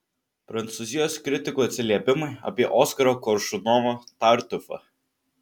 prancūzijos kritikų atsiliepimai apie oskaro koršunovo tartiufą